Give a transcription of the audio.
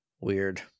Weird